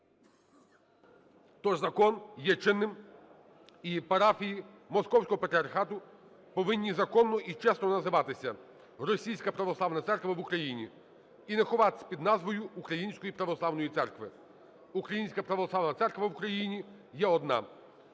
То ж закон є чинним, і парафії Московського патріархату повинні законно і чесно називатися "Російська православна церква в Україні" і не ховатись під назвою Української православної церкви. Українська православна церква в Україні є одна.